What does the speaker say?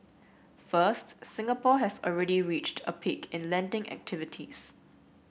first Singapore has already reached a peak in lending activities